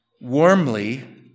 warmly